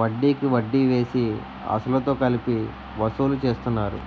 వడ్డికి వడ్డీ వేసి, అసలుతో కలిపి వసూలు చేస్తున్నారు